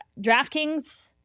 DraftKings